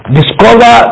Discover